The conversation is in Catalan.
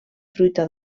fruita